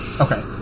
Okay